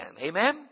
Amen